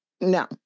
no